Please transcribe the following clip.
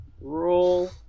Roll